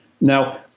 Now